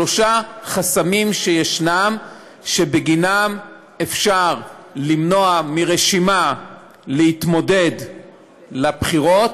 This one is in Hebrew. שלושה חסמים ישנם שבגינם אפשר למנוע מרשימה להתמודד בבחירות,